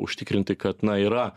užtikrinti kad na yra